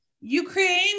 Ukraine